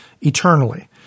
eternally